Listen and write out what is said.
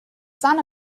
son